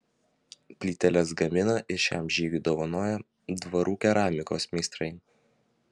plyteles gamina ir šiam žygiui dovanoja dvarų keramikos meistrai